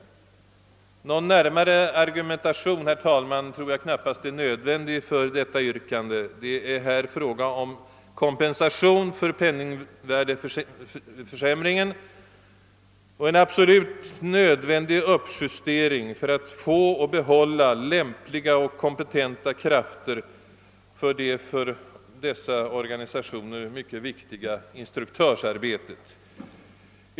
Någon närmare argumentation, herr talman, tror jag knappast är nödvändig för detta yrkande. Det är här fråga om kompensation för penningvärdeförsämringen och en absolut nödvändig upp Justering för att få behålla lämpliga och kompetenta krafter för det för dessa organisationer mycket viktiga instruktörsarbetet.